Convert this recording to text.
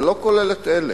זה לא כולל את אלה,